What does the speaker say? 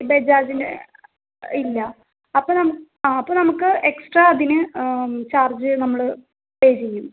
ബെജാജിന് ഇല്ല അപ്പം നമുക്ക് ആ അപ്പം നമുക്ക് എകസ്ട്രാ അതിന് ചാർജ്ജ് നമ്മൾ പേ ചെയ്യും